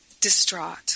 distraught